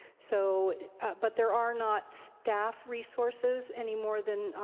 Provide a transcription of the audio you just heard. so but there are not staff resources any more than